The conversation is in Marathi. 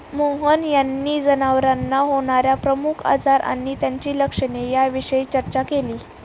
मोहन यांनी जनावरांना होणार्या प्रमुख आजार आणि त्यांची लक्षणे याविषयी चर्चा केली